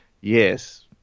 Yes